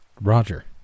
Roger